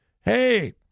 Hey